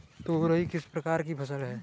तोरई किस प्रकार की फसल है?